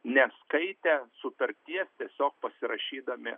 neskaitę sutarties tiesiog pasirašydami